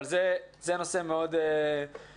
אבל זה נושא מאוד משמעותי.